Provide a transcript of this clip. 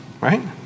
right